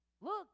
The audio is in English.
look